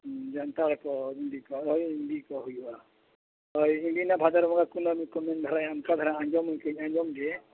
ᱡᱷᱟᱱᱛᱷᱟᱲ ᱠᱚ ᱠᱚ ᱦᱩᱭᱩᱜᱼᱟ ᱤᱧᱫᱚᱧ ᱞᱟᱹᱭᱫᱟ ᱵᱷᱟᱫᱚᱨ ᱵᱚᱸᱜᱟ ᱠᱩᱱᱟᱹᱢᱤ ᱠᱚ ᱚᱱᱠᱟ ᱫᱷᱟᱨᱟ ᱟᱸᱡᱚᱢ ᱠᱟᱜ ᱟᱹᱧ ᱟᱸᱡᱚᱢ ᱜᱮ